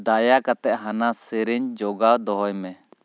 ᱫᱟᱭᱟ ᱠᱟᱛᱮ ᱦᱟᱱᱟ ᱥᱮᱨᱮᱧ ᱡᱚᱜᱟᱣ ᱫᱚᱦᱚᱭ ᱢᱮ